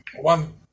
one